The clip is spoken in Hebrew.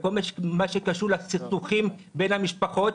בכל מה שקשור לסכסוכים בין המשפחות,